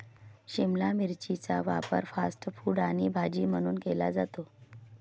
शिमला मिरचीचा वापर fast food आणि भाजी म्हणून केला जातो